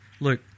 Luke